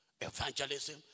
Evangelism